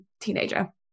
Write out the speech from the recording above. teenager